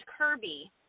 Kirby